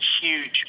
huge